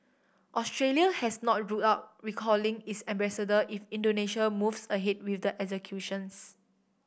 Australia has not ruled out recalling its ambassador if Indonesia moves ahead with the executions